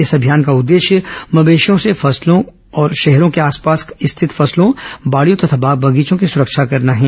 इस अभियान का उद्देश्य मवेशियों से खरीफ फसलों और शहरों के आसपास स्थित फसलों बाड़ियों तथा बाग बगीचों की सुरक्षा करना है